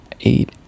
eight